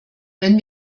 wenn